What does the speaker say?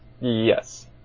Yes